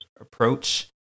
approach